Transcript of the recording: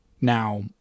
Now